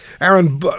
Aaron